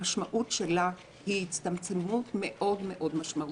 המשמעות שלה היא הצטמצמות מאוד מאוד משמעותית.